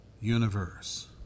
universe